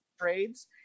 trades